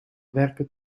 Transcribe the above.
werken